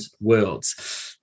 worlds